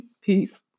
Peace